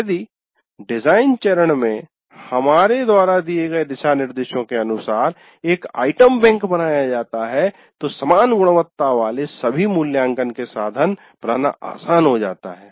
यदि डिजाइन चरण में हमारे द्वारा दिए गए दिशानिर्देशों के अनुसार एक आइटम बैंक बनाया जाता है तो समान गुणवत्ता वाले सभी मूल्यांकन के साधन बनाना आसान हो जाता है